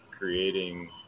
creating